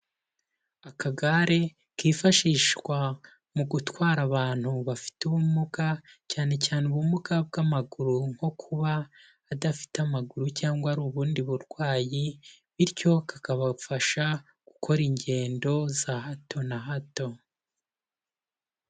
Akagare kifashishwa mu gutwara abantu bafite ubumuga cyane cyane ubumuga bw'amaguru nko kuba adafite amaguru cyangwa ari ubundi burwayi bityo kakabafasha gukora ingendo za hato na hato.